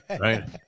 right